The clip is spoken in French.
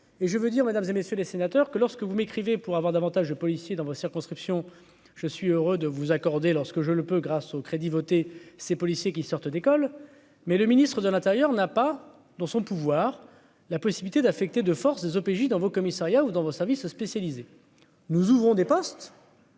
et je veux dire, mesdames et messieurs les sénateurs, que lorsque vous m'écrivez pour avoir davantage de policiers dans vos circonscriptions, je suis heureux de vous accorder lorsque je le peux, grâce aux crédits votés ces policiers qui sortent d'écoles, mais le ministre de l'Intérieur n'a pas dans son pouvoir, la possibilité d'affecter de force des OPJ dans vos commissariat ou dans vos services spécialisés nous ouvrons des postes.